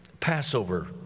Passover